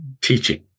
teaching